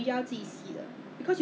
I think if I'm not wrong also have